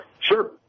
Sure